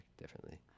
differently